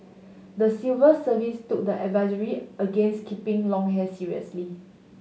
the civil service took the advisory against keeping long hair seriously